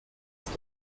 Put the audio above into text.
must